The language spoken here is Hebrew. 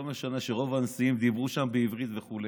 לא משנה שרוב הנשיאים דיברו שם בעברית וכו',